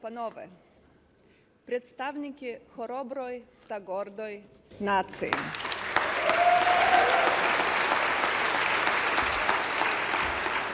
панове представники хороброї та гордої нації.